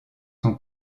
son